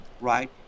right